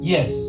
Yes